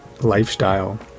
lifestyle